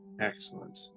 Excellent